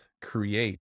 create